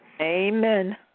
Amen